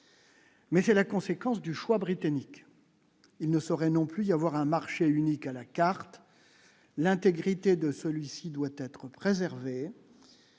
mais c'est la conséquence du choix britannique, il ne saurait non plus y avoir un marché unique à la carte, l'intégrité de celui-ci doit être préservé